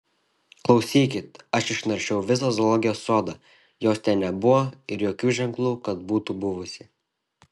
klausykit aš išnaršiau visą zoologijos sodą jos ten nebuvo ir jokių ženklų kad būtų buvusi